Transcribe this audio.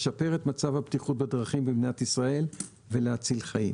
לשפר את מצב הבטיחות בדרכים במדינת ישראל ולהציל חיים.